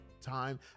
time